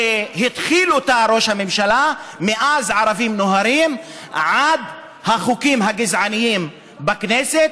שהתחיל אותה ראש הממשלה מאז "הערבים נוהרים" עד החוקים הגזעניים בכנסת.